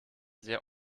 sehr